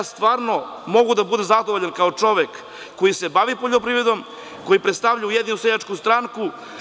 Stvarno mogu da budem zadovoljan kao čovek, koji se bavi poljoprivredom, koji predstavlja Ujedinjenu seljačku stranku.